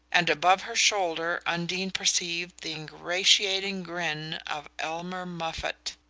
and above her shoulder undine perceived the ingratiating grin of elmer moffatt.